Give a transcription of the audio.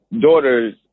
daughter's